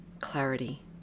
clarity